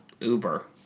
Uber